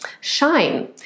shine